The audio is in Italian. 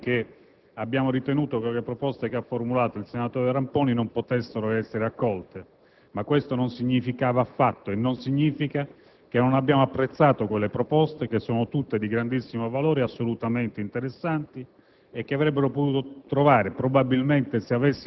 Pertanto, signor Presidente, colleghi senatori, abbiamo ritenuto che le proposte formulate dal senatore Ramponi non potessero essere accolte. Ciò, però, non significa che non abbiamo apprezzato quelle proposte, che sono tutte di grandissimo valore ed assolutamente interessanti.